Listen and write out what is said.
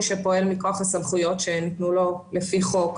שפועל מכוח הסמכויות שניתנו לו לפי חוק.